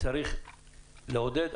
צריך לעודד.